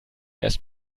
erst